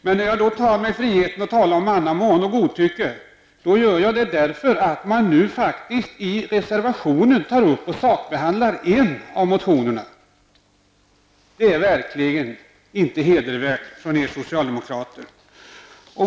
Men när jag tar mig friheten att tala om mannamån och godtycke, gör jag det eftersom socialdemokraterna i en reservation till detta betänkande tar upp en av motionerna till sakbehandling. Detta är verkligen inte hedervärt från er socialdemokrater!